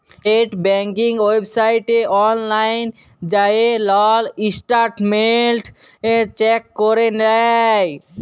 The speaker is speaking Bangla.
লেট ব্যাংকিং ওয়েবসাইটে অললাইল যাঁয়ে লল ইসট্যাটমেল্ট চ্যাক ক্যরে লেই